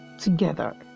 together